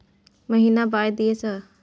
महीना बाय दिय सर?